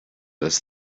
this